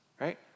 right